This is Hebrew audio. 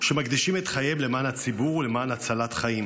שמקדישים את חייהם למען הציבור ולמען הצלת חיים.